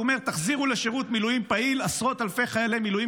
הוא אומר: תחזירו לשירות מילואים פעיל עשרות אלפי חיילי מילואים